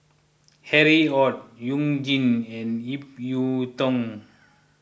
Harry Ord You Jin and Ip Yiu Tung